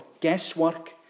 guesswork